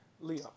Leo